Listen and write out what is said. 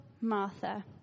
Martha